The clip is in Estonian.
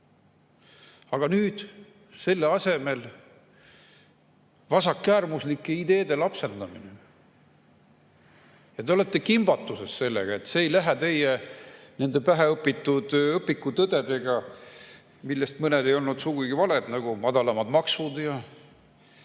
on selle asemel vasakäärmuslike ideede lapsendamine ja te olete kimbatuses sellega, et need ei lähe [kokku] teie päheõpitud õpikutõdedega, millest mõned ei ole sugugi valed, nagu madalamad maksud ja